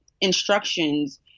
instructions